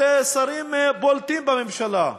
של שרים בולטים בממשלה,